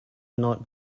not